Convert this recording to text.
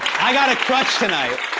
i gotta crush tonight.